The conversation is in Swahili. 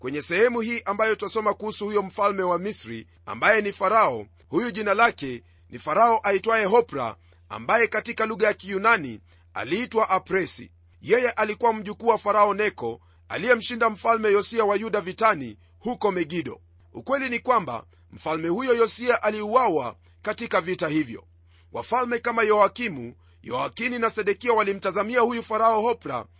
Kwenye sehemu hii ambayo twasoma kuhusu huyo mfalme wa Misri, ambaye ni Farao, huyu jina lake ni Farao aitwaye Hopra, ambaye katika lugha ya Kiyunani aliitwa Apresi. Yeye alikuwa mjukuu wa Farao Neko, aliyemshinda mfalme yosia wa Yuda vitani huko Megido. Ukweli ni kwamba mfalme huyo yosia aliuawa katika vita hivyo. Wafalme kama Yoakimu, Yoakini na Sedekia walimtazamia huyu Farao Hopra